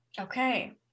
Okay